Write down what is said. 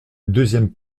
deuxième